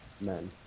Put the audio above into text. men